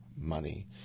money